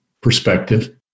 perspective